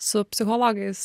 su psichologais